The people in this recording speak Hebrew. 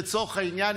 לצורך העניין,